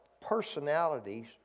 personalities